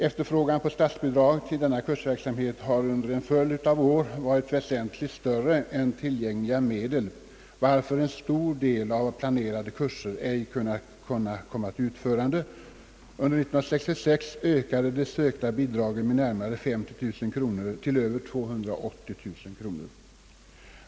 Efterfrågan på statsbidrag till denna kursverksamhet har under en följd av år varit väsentligt större än tillgängliga medel, varför en stor del av planerade kurser ej kunnat komma till utförande. Under år 1966 ökade ansökningarna om bidrag med närmare 50 000 kronor till över 280 000 kronor.